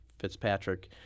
Fitzpatrick